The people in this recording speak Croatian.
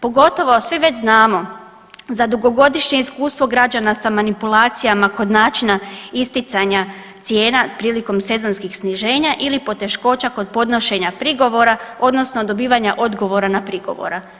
Pogotovo svi već znamo za dugogodišnje iskustvo građana sa manipulacijama kod načina isticanja cijena prilikom sezonskih sniženja ili poteškoća kod podnošenja prigovora, odnosno dobivanja odgovora na prigovor.